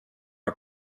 are